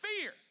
Fear